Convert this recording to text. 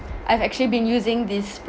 I've actually been using this